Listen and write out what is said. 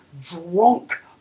Drunk